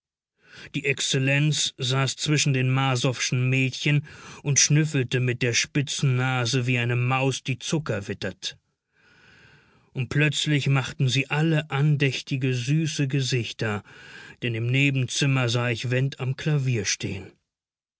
die exzellenz saß zwischen den marsowschen mädchen und schnüffelte mit der spitzen nase wie eine maus die zucker wittert und plötzlich machten sie alle andächtige süße gesichter denn im nebenzimmer sah ich went am klavier stehen